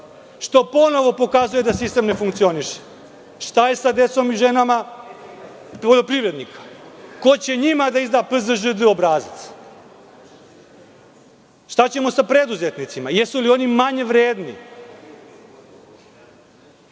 Što ponovo pokazuje da sistem ne funkcioniše. Šta je sa decom i ženama poljoprivrednika? Ko će njima da izda PZŽD obrazac? Šta ćemo sa preduzetnicima? Jesu li oni manje vredni?